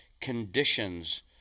conditions